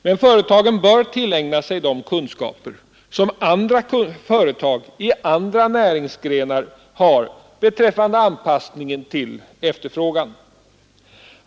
Men företagen bör tillägna sig de kunskaper som andra företag i andra näringsgrenar har beträffande anpassningen till efterfrågan.